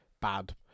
bad